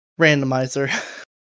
randomizer